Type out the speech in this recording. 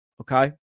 okay